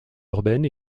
urbaine